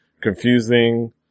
confusing